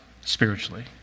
spiritually